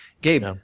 Gabe